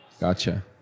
Gotcha